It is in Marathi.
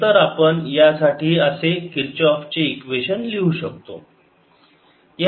नंतर आपण यासाठी असे किरचऑफ चे इक्वेशन लिहू शकतो